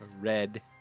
red